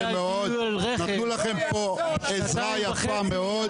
נתנו לכם פה עזרה יפה מאוד.